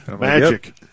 Magic